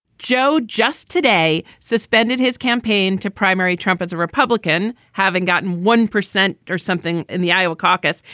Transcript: joe just today suspended his campaign to primary trump as a republican, having gotten one percent or something in the iowa caucus.